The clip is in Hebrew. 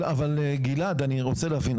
אבל גלעד, אני רוצה להבין.